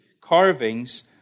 carvings